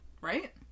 Right